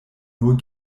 nur